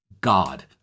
God